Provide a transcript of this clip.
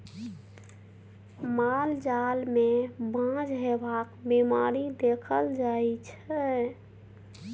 माल जाल मे बाँझ हेबाक बीमारी देखल जाइ छै